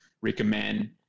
recommend